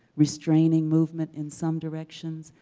restraining movement in some directions,